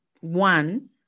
one